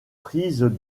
prise